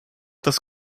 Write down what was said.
das